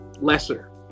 lesser